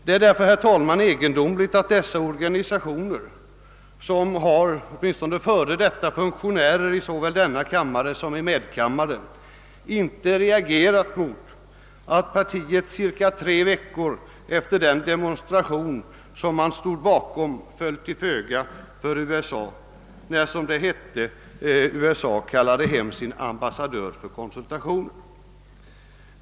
Det är därför egendomligt, herr talman, att dessa organisationer, som har åtminstone f.d. funktionärer såväl i denna kammare som i medkammaren, inte reagerat mot att partiet cirka tre veckor efter den demonstration, som man stod bakom, föll till föga för USA när denna stat som det hette kallade hem sin ambassadör för konsultationer.